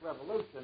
revolution